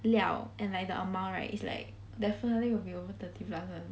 料 and like the amount right it's like definitely will be over thirty plus [one]